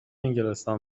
انگلستان